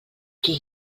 qui